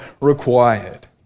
required